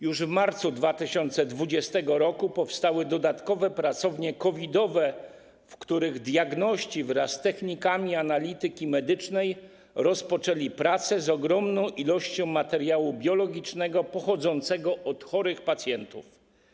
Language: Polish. Już w marcu 2020 r. powstały dodatkowe pracownie COVID-owe, w których diagności wraz z technikami analityki medycznej rozpoczęli pracę z ogromną ilością materiału biologicznego pochodzącego od chorych pacjentów.